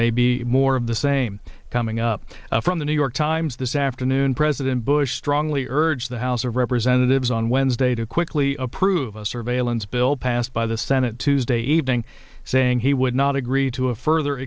may be more of the same coming up from the new york times this afternoon president bush strongly urged the house of representatives on wednesday to quickly approve a surveillance bill passed by the senate tuesday evening saying he would not agree to a further